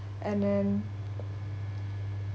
and then